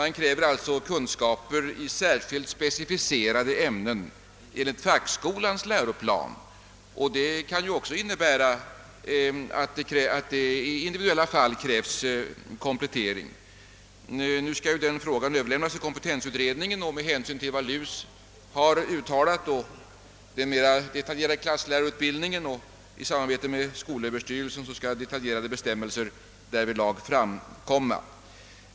Det krävs kunskaper i särskilt specificerade ämnen enligt fackskolans läroplan, vilket kan innebära att det i individuella fall blir nödvändigt med komplettering. Nu skall ju denna fråga överlämnas till kompetensutredningen, som med hänsyn till vad LUS uttalat om klasslärarutbildningen skall utarbeta detaljerade bestämmelser i samråd med skolöverstyrelsen.